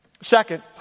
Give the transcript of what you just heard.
Second